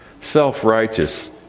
Self-righteous